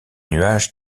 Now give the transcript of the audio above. nuages